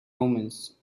omens